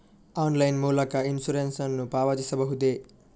Online ಮೂಲಕ insurance ನ್ನು ಪಾವತಿಸಬಹುದೇ?